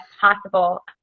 possible